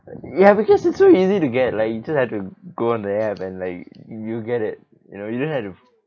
ya because it's so easy to get like you just had to go on the app and like you get it you know you don't have to